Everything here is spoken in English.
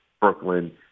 Brooklyn